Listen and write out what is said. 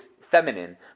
feminine